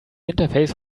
interface